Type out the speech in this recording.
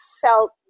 felt